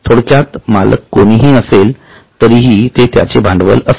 थोडक्यात मालक कोणीही असेल तरीही ते त्यांचे भांडवल असते